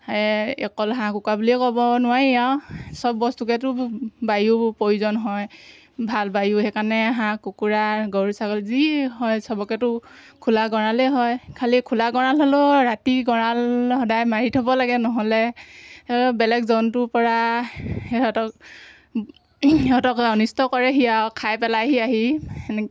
সেয়ে অকল হাঁহ কুকুৰা বুলিয়ে ক'ব নোৱাৰি আৰু চব বস্তুকেতো বায়ু প্ৰয়োজন হয় ভাল বায়ু সেইকাৰণে হাঁহ কুকুৰা গৰু ছাগলী যি হয় চবকেতো খোলা গঁড়ালেই হয় খালি খোলা গঁড়াল হ'লেও ৰাতি গঁড়াল সদায় মাৰি থ'ব লাগে নহ'লে বেলেগ জন্তুৰপৰা সিহঁতক সিহঁতক অনিষ্ট কৰেহি আৰু খাই পেলাইহি আহি সেনেকৈ